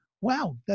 wow